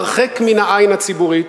הרחק מן העין הציבורית,